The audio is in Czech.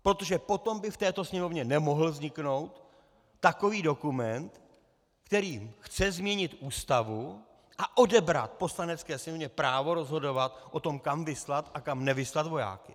Protože potom by v této Sněmovně nemohl vzniknout takový dokument, který chce změnit Ústavu a odebrat Poslanecké sněmovně právo rozhodovat o tom, kam vyslat a kam nevyslat vojáky.